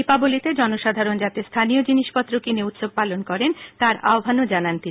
দীপাবলীতে জনসাধারণ যাতে স্হানীয় জিনিসপত্র কিনে উৎসব পালন করেন তার আহ্বানও জানান তিনি